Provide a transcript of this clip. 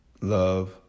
love